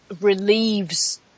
Relieves